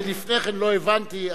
לפני כן לא הבנתי.